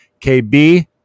KB